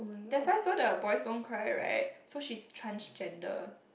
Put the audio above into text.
that's why saw the boys don't cry right so she's transgender